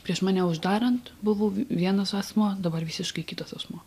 prieš mane uždarant buvau vienas asmuo dabar visiškai kitas asmuo